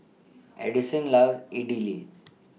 Edison loves Idili